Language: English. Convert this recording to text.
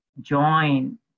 join